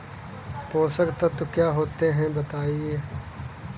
पोषक तत्व क्या होते हैं बताएँ?